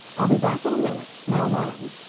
i'll be back in a minute. now run!